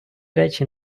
речі